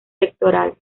pectoral